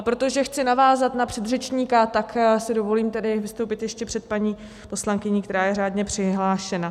Protože chci navázat na předřečníka, tak si dovolím vystoupit ještě před paní poslankyní, která je řádně přihlášena.